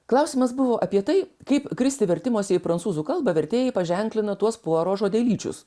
klausimas buvo apie tai kaip kristi vertimuose į prancūzų kalbą vertėjai paženklina tuos puaro žodelyčius